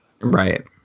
Right